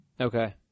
Okay